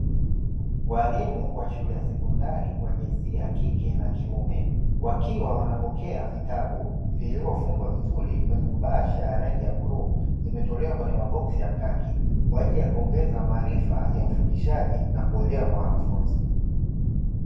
Walimu wa shule ya sekondari wa jinsia ya kike na kiume wakiwa wanapokea vitabu vilivyo fungwa vizuri kwenye mabaasha ya rangi ya buluu, imetolewa kwenye maboksi ya kaki kwa ajili ya kuongeza maarifa ya ufundishaji na kuelewa kwa wanafunzi.